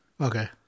Okay